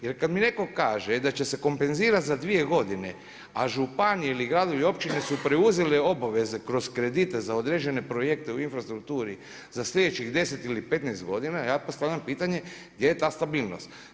Jer kad mi netko kaže da će se kompenzirati za dvije godine, a županije, gradovi i općine su preuzeli obaveze kroz kredite za određene projekte u infrastrukturi za sljedećih 10 ili 15 godina ja postavljam pitanje gdje je ta stabilnost.